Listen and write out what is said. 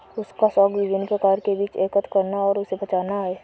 उसका शौक विभिन्न प्रकार के बीज एकत्र करना और उसे बचाना है